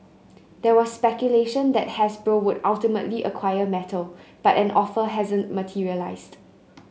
there was speculation that Hasbro would ultimately acquire Mattel but an offer hasn't materialised